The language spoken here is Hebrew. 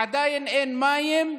עדיין אין מים,